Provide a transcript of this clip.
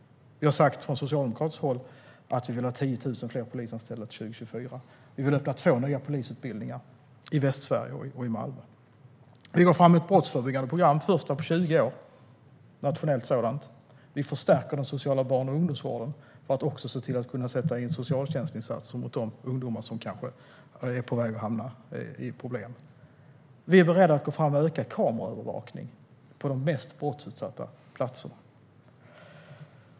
Vi har från socialdemokratiskt håll sagt att vi vill ha 10 000 fler polisanställda till 2024. Vi vill öppna två nya polisutbildningar, i Västsverige och i Malmö. Vi går fram med ett nationellt brottsförebyggande program, det första på 20 år. Vi förstärker den sociala barn och ungdomsvården för att kunna sätta in socialtjänstinsatser för de ungdomar som kanske är på väg att hamna i problem. Vi är beredda att gå fram med ökad kameraövervakning på de mest brottsutsatta platserna.